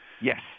yes